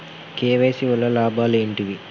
KYC వల్ల లాభాలు ఏంటివి?